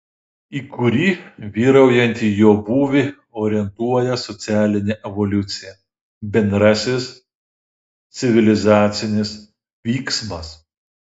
į kurį vyraujantį jo būvį orientuoja socialinė evoliucija bendrasis civilizacinis vyksmas